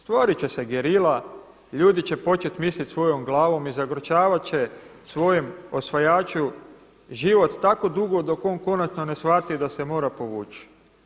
Stvorit će se gerila, ljudi će počet mislit svojom glavom i zagorčavat će svojem osvajaču život tako dugo dok on konačno ne shvati da se mora povući.